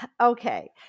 okay